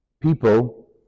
people